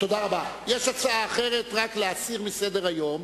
יש הצעה אחרת, רק להסיר מסדר-היום,